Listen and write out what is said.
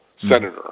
Senator